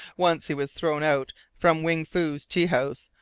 once he was thrown out from wing fu's tea-house,